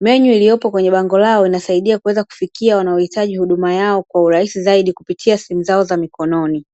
Menyu iliyopo kwenye bango lao inasaidia kuweza kufikia wanao hitaji huduma yao kwa urahisi zaidi kupitia simu za mikononi.